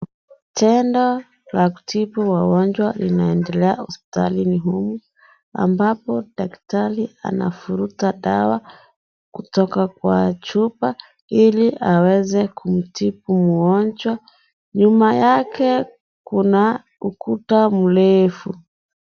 Tendo la kutibu wagonjwa unaendelea hospitali huku ambapo daktari anavuruta dawa kutoka Kwa chupa ili aweze kutibu mgonjwa . Nyuma yake kuna ukuta mrefu .